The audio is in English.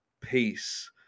peace